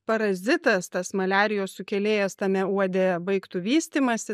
parazitas tas maliarijos sukėlėjas tame uode baigtų vystymąsi